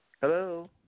Hello